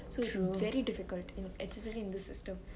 so it's very difficult and inherent in the system